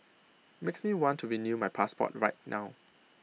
makes me want to renew my passport right now